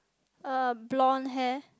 uh blonde hair